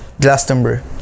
glastonbury